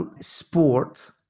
sport